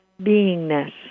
beingness